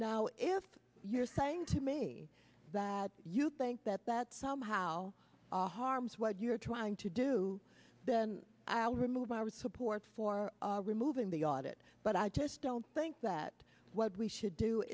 now if you're saying to me that you think that that somehow all harms what you're trying to do then i'll remove our support for removing the audit but i just don't think that what we should do